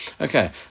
Okay